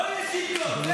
לא יהיה, זהו,